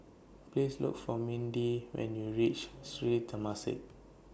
Please Look For Minda when YOU REACH Sri Temasek